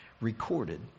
recorded